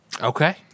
Okay